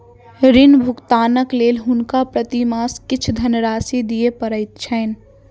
ऋण भुगतानक लेल हुनका प्रति मास किछ धनराशि दिअ पड़ैत छैन